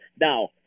Now